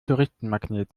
touristenmagnet